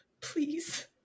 please